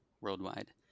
worldwide